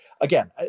Again